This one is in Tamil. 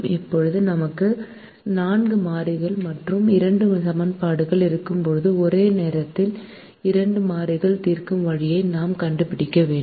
இப்போது நான்கு மாறிகள் மற்றும் இரண்டு சமன்பாடுகள் இருக்கும்போது ஒரு நேரத்தில் இரண்டு மாறிகள் தீர்க்கும் வழியை நாம் கண்டுபிடிக்க வேண்டும்